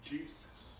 Jesus